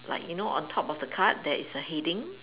like you know on top of the card there is a heading